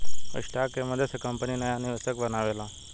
stock के मदद से कंपनी नाया निवेशक बनावेला